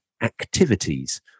activities